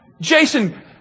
Jason